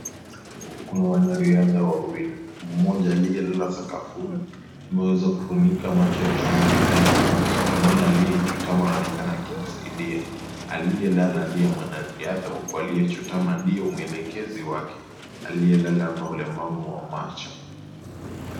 Kuna wanariadha wawili, mmoja aliyelala sakafuni ameweza kufunika macho akitumia bidhaa nyeusi na mwingine aliye juu anaonekana akimsaidia ,aliyelala ndiye mwanariadha huku aliyechutama ndiye mwelekezi wake. Aliyelala ana ulemavu wa macho.